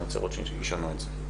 אני רוצה לראות שישנו את זה,